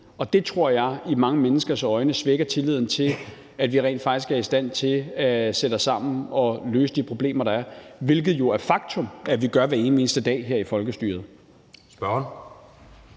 og det tror jeg for mange mennesker svækker tilliden til, at vi rent faktisk er i stand til at sætte os sammen og løse de problemer, der er – hvilket det jo er et faktum at vi gør hver evig eneste dag her i folkestyret.